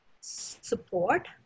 support